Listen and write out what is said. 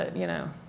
you know,